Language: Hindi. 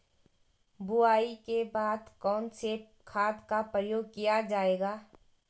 बुआई के बाद कौन से खाद का प्रयोग किया जायेगा?